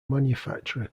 manufacture